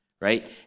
right